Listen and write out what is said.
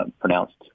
pronounced